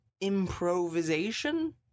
improvisation